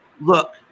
Look